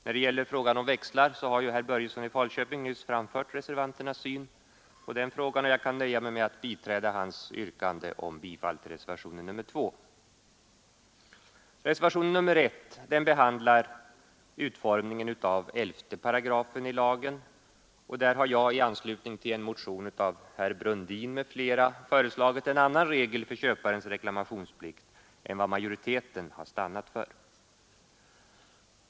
När det gäller frågan om växlar har herr Börjesson i Falköping nyss framfört reservanternas syn på den frågan och jag kan nöja mig med att Reservationen 1 behandlar utformningen av 11 § i lagen, och där har jag i anslutning till en motion av herr Brundin m.fl. föreslagit en annan regel för köparens reklamationsplikt än vad majoriteten har stannat för.